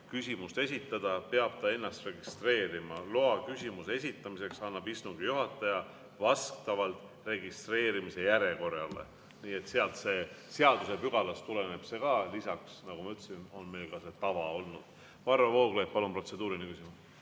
küsimust esitada, peab ta ennast registreerima. Loa küsimuse esitamiseks annab istungi juhataja vastavalt registreerimise järjekorrale." Sellest seadusepügalast tuleneb see. Lisaks, nagu ma ütlesin, on meil see tava olnud. Varro Vooglaid, palun, protseduuriline küsimus!